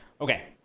Okay